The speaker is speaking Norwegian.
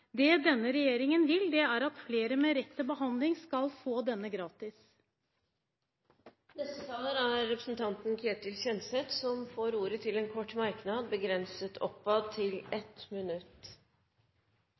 Det denne regjeringen vil, er at flere med rett til behandling skal få denne gratis. Jeg er ikke overrasket over polariseringen som høyresida og venstresida legger opp til